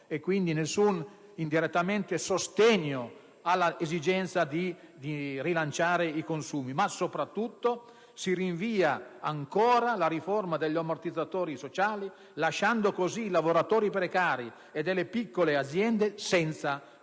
quindi, indirettamente, nessun sostegno al rilancio dei consumi ma, soprattutto, rinvia ancora la riforma degli ammortizzatori sociali, lasciando così i lavoratori precari e delle piccole aziende senza tutele.